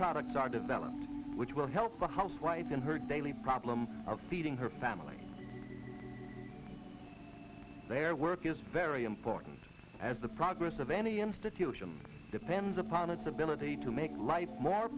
products are developed which will help the housewife in her daily problem of feeding her family their work is very important as the progress of any institution depends upon its ability to make life more